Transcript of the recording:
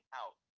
out